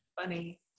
Funny